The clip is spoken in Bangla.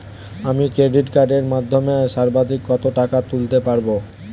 আমি ক্রেডিট কার্ডের মাধ্যমে সর্বাধিক কত টাকা তুলতে পারব?